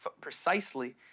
precisely